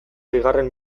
bigarren